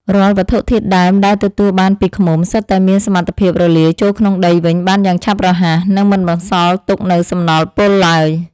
រាល់វត្ថុធាតុដើមដែលទទួលបានពីឃ្មុំ សុទ្ធតែមានសមត្ថភាពរលាយចូលក្នុងដីវិញបានយ៉ាងឆាប់រហ័ស និង មិនបន្សល់ទុកនូវសំណល់ពុលឡើយ។